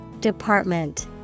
Department